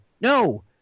no